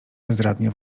bezradnie